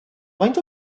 faint